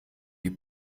die